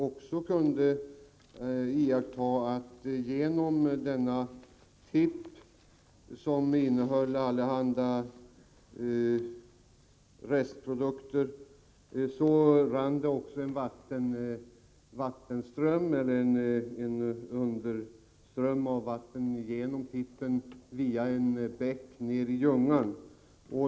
Man kunde iaktta att genom denna tipp, som innehöll allehanda restprodukter, rann det en underström av vatten ner i Ljungan via en bäck.